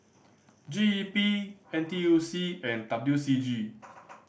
G E P N T U C and W C G